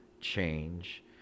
change